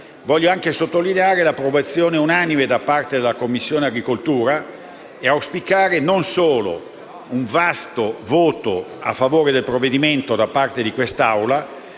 voglio anche sottolineare l'approvazione unanime da parte della Commissione agricoltura e auspicare non solo un vasto voto a favore del provvedimento da parte di questa